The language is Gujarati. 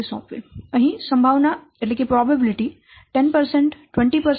અહીં સંભાવના 10 20 અને 30 હતી